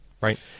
right